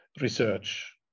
research